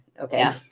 Okay